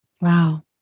Wow